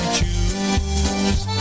choose